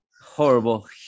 Horrible